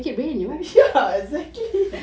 ya exactly